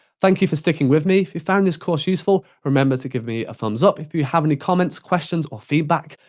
thank you for sticking with me. if you found this course useful, remember to give me a thumbs up. if you have any comments, questions, or feedback,